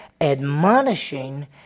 admonishing